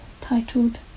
titled